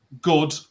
good